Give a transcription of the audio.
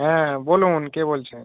হ্যাঁ বলুন কে বলছেন